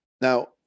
Now